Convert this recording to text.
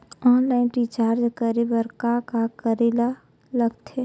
Online recharge करे बर का का करे ल लगथे?